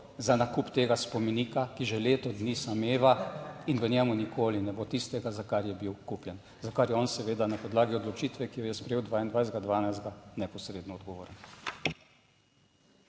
za nakup tega spomenika, ki že leto dni sameva in v njem nikoli ne bo tistega, za kar je bil kupljen, za kar je on seveda na podlagi odločitve, ki jo je sprejel, 22. 12. neposredno odgovoren.